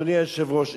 אדוני היושב-ראש,